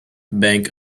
bank